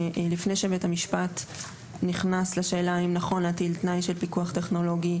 לפני שבית המשפט נכנס לשאלה האם נכון להטיל תנאי של פיקוח טכנולוגי,